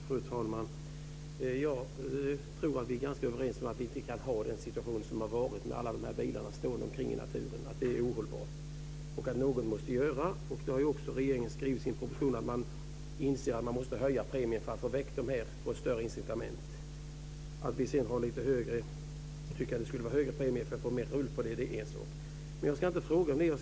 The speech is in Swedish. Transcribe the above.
Fru talman! Jag tror att vi är ganska överens om att vi inte kan ha kvar den situation som vi har haft, med alla dessa bilar stående ute i naturen. Det är ohållbart. Något måste göras. Regeringen har i sin proposition skrivit att den inser att man måste höja premien för att ge större incitament att få bort dessa bilar. Det må vara att ni tycker att premien ska vara lite högre för att man ska få större fart på detta. Jag ska inte ställa flera frågor.